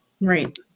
Right